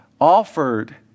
offered